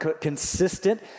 consistent